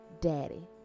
daddy